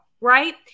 right